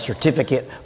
certificate